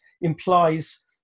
implies